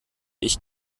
ich